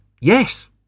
yes